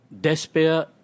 despair